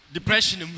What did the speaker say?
Depression